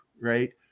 right